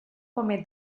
come